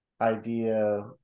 idea